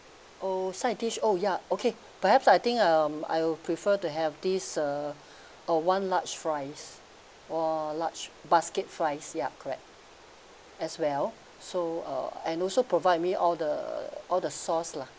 oh side dish oh ya okay perhaps I think um I will prefer to have this uh uh one large fries or large basket fries ya correct as well so uh and also provide me all the all the sauce lah